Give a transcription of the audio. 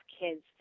kids